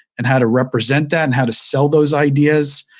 and how to represent that, and how to sell those ideas